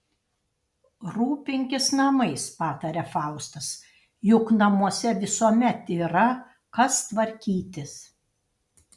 rūpinkis namais pataria faustas juk namuose visuomet yra kas tvarkytis